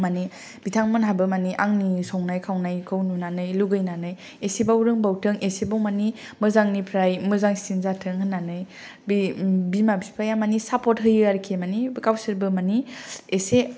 माने बिथांमोनहाबो माने आंनि संनाय खावनायखौ नुनानै लुगैनानै एसेबाव रोंबावथों एसेबाव माने मोजांनिफ्राय मोजांसिन जाथों होननानै बिमा फिफाया माने सापर्ट होयो आरोखि माने गावसोरबो माने एसे